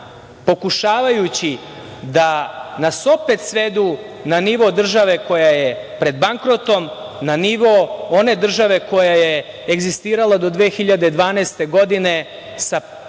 pokušavajući da nas opet svedu na nivo države koja je pred bankrotom, na nivo one države koja je egzistirala do 2012. godine,